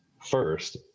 First